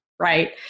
right